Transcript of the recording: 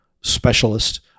specialist